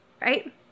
right